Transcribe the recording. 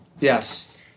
Yes